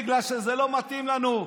בגלל שזה לא מתאים לנו.